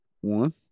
One